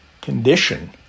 condition